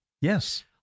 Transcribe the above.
Yes